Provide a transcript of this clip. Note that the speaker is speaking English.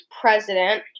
president